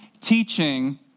teaching